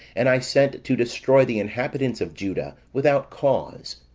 and i sent to destroy the inhabitants of juda without cause.